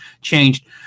changed